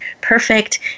perfect